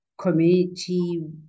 community